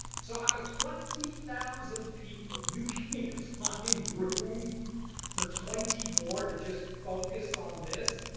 so, out of twenty thousand people, you can't find room for twenty more to just focus on this?